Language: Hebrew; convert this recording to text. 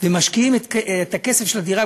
ומשקיעים את הכסף של הדירה,